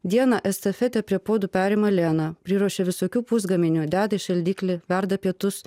dieną estafetę prie puodų perima elena priruošia visokių pusgaminių deda į šaldiklį verda pietus